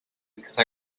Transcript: because